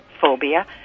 phobia